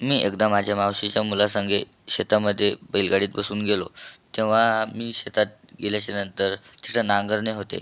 मी एकदा माझ्या मावशीच्या मुलासंगे शेतामध्ये बैलगाडीत बसून गेलो तेव्हा मी शेतात गेल्याच्या नंतर तिथं नांगरणे होते